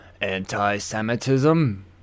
anti-semitism